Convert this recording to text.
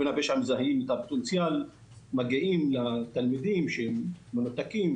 ארגוני הפשיעה מזהים את הפוטנציאל ומגיעים לתלמידים המנותקים,